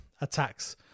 attacks